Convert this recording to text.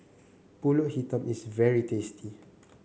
pulut hitam is very tasty